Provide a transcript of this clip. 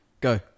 Go